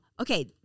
okay